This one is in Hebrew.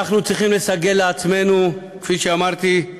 אנחנו צריכים לסגל לעצמנו, כפי שאמרתי,